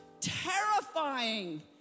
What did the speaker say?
terrifying